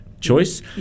choice